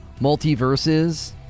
Multiverses